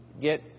get